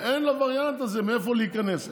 ואין לווריאנט הזה מאיפה להיכנס.